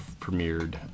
premiered